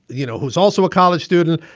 you know, who's also a college student,